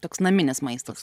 toks naminis maistas